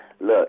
look